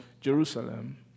Jerusalem